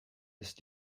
ist